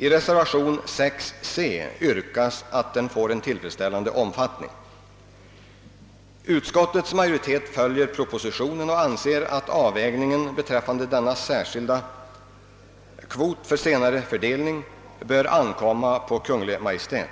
I reservationen 6 c yrkas att den får en tillfredsställande omfattning. Utskottets majoritet följer propositionen och anser att avvägning beträffande denna särskilda kvot för senare fördelning bör ankomma på Kungl. Maj:t.